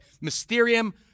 Mysterium